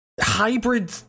hybrid